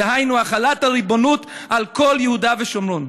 דהיינו החלת הריבונות על כל יהודה ושומרון.